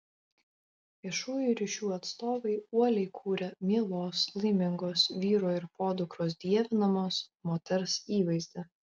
viešųjų ryšių atstovai uoliai kūrė mielos laimingos vyro ir podukros dievinamos moters įvaizdį